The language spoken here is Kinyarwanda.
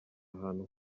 ahantu